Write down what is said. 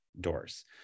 doors